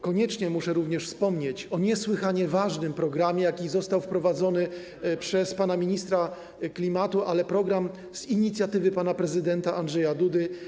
Koniecznie muszę również wspomnieć o niesłychanie ważnym programie, jaki został wprowadzony przez pana ministra klimatu, ale z inicjatywy pana prezydenta Andrzeja Dudy.